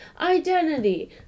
identity